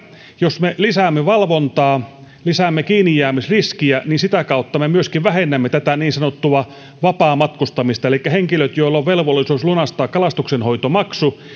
jos me lisäämme valvontaa lisäämme kiinnijäämisriskiä niin sitä kautta me myöskin vähennämme tätä niin sanottua vapaamatkustamista elikkä jos henkilöille joilla on velvollisuus lunastaa kalastonhoitomaksu